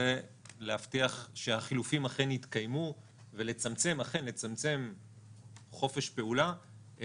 הוא להבטיח שהחילופים אכן יתקיימו ולצמצם חופש פעולה,